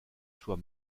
soit